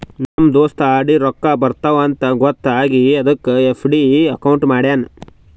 ನಮ್ ದೋಸ್ತ ಆರ್.ಡಿ ರೊಕ್ಕಾ ಬರ್ತಾವ ಅಂತ್ ಗೊತ್ತ ಆಗಿ ಅದಕ್ ಎಫ್.ಡಿ ಅಕೌಂಟ್ ಮಾಡ್ಯಾನ್